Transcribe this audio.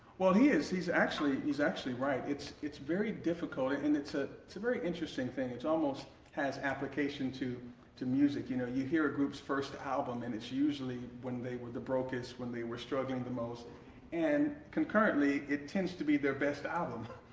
well he is he's actually he's actually write, it's it's very difficult and it's ah a very interesting thing it's almost has application to to music, you know you hear a group's first album and it's usually when they were the brokest, when they were struggling the most and concurrently, it tends to be their best album!